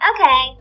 Okay